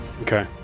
Okay